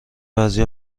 بعضی